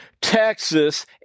Texas